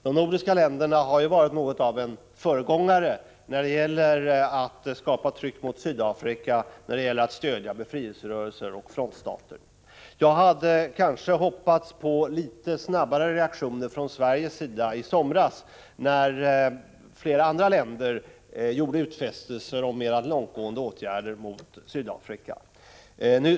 De nordiska länderna har ju varit något av en föregångare när det gäller att skapa tryck mot Sydafrika, att stödja befrielserörelser och frontstater. Jag hade kanske hoppats på litet snabbare reaktioner från Sveriges sida i somras, då flera andra länder gjorde utfästelser om mera långtgående åtgärder mot Sydafrika.